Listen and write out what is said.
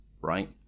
right